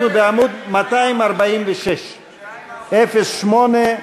אנחנו בעמוד 246. סעיף 08,